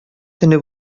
төне